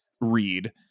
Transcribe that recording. read